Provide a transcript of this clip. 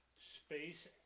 space